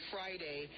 Friday